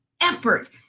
effort